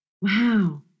Wow